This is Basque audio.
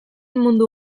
mundu